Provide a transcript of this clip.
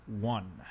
one